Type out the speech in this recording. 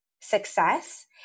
success